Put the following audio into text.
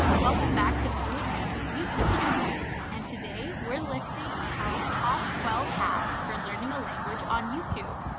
welcome back to fluentu's youtube channel and today we're listing our top twelve hacks for learning a language on youtube.